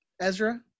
Ezra